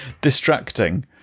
Distracting